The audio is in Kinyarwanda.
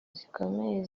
zikomeye